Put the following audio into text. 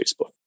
Facebook